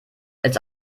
als